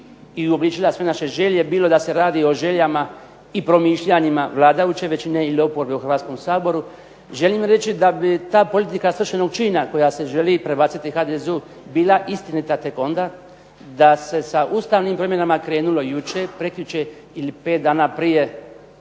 i uobličila sve naše želje, bilo da se radi o željama i promišljanja vladajuće većine ili oporbe u Hrvatskom saboru. Želim reći da bi ta politika svršenog čina koja se želi prebaciti HDZ-u bila istinita tek onda da se sa ustavnim promjenama krenulo jučer, prekjučer ili pet dana prije